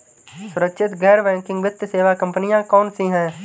सुरक्षित गैर बैंकिंग वित्त सेवा कंपनियां कौनसी हैं?